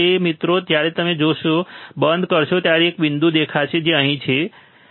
તેથી મિત્રો જ્યારે તમે જોશો બંધ કરશો ત્યારે તમને એક બિંદુ દેખાશે જે અહીં છે અહીં જ